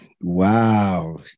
Wow